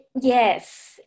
yes